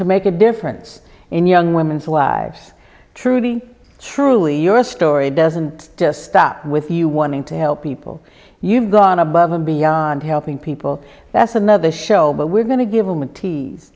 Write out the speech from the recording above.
to make a difference in young women's lives truly truly your story doesn't just stop with you one thing to help people you've gone above and beyond helping people that's another show but we're going to give them a tease